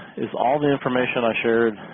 is all the information i shared